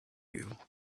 you